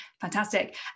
Fantastic